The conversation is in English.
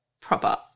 proper